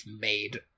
made